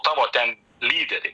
tavo ten lyderiai